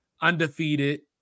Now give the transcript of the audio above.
undefeated